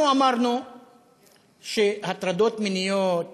אנחנו אמרנו שהטרדות מיניות,